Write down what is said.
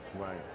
right